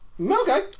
Okay